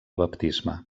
baptisme